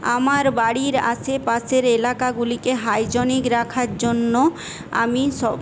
আমার বাড়ির আশেপাশের এলাকাগুলিকে হাইজিনিক রাখার জন্য আমি সব